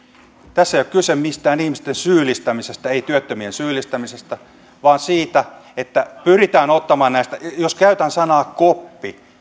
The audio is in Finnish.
tässä ei ole kyse mistään ihmisten syyllistämisestä ei työttömien syyllistämisestä vaan siitä että pyritään ottamaan näistä jos käytän sanaa koppi